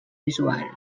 visual